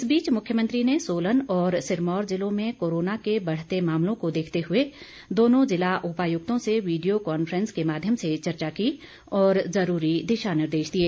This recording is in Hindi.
इस बीच मुख्यमंत्री ने सोलन और सिरमौर जिलों में कोरोना के बढ़ते मामलों को देखते हुए दोनों जिला उपायुक्तों से वीडियो कॉन्फ्रेंस के माध्यम से चर्चा की और जुरूरी दिशा निर्देश दिए